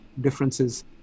differences